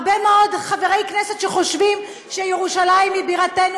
הרבה מאוד חברי כנסת שחושבים שירושלים היא בירתנו